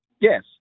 Yes